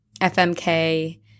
fmk